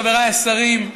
חבריי השרים,